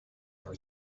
was